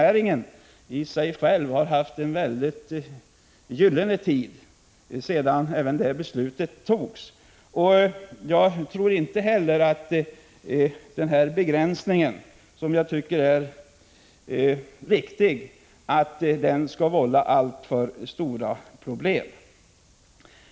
1985/86:164 näringen har haft en gyllene tid sedan detta beslut fattades. Jag tror inte Sjuni 1986 heller att denna enligt mitt tycke riktiga begränsning skall vålla alltför stora problem.